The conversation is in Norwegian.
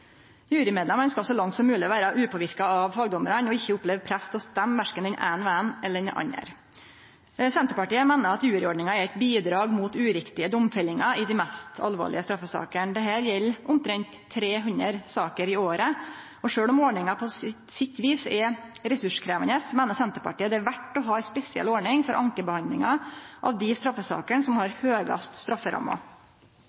Jurymedlemane skal så langt som mogleg vere upåverka av fagdommarane, og ikkje oppleve press til å stemme verken den eine vegen eller den andre. Senterpartiet meiner at juryordninga er eit bidrag mot urette domfellingar i dei mest alvorlege straffesakene. Dette gjeld omtrent 300 saker i året. Sjølv om ordninga på sitt vis er ressurskrevjande, meiner Senterpartiet det er verdt å ha ei spesiell ordning for ankebehandlinga av dei straffesakene som har